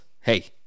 Hey